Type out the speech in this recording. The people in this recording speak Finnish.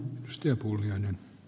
arvoisa puhemies